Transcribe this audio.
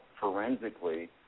forensically